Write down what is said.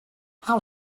how